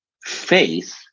faith